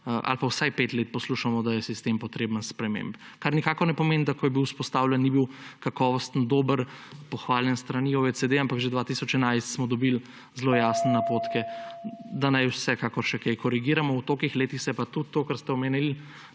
ali pa vsaj pet let poslušamo, da je sistem potreben sprememb. Kar nikakor ne pomeni, da ko je bil vzpostavljen, ni bil kakovosten, dober, pohvaljen s strani OEDC, ampak že leta 2011 smo dobili zelo jasne napotke, da naj vsekakor še kaj korigiramo. V tolikih letih se je pa tudi to, kar ste omenili,